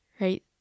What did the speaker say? right